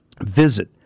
Visit